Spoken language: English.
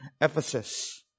Ephesus